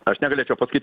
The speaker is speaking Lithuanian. aš negalėčiau pasakyt